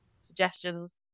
suggestions